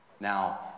Now